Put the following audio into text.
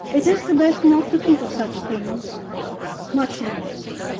it is the best not to think of such things much the best.